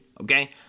okay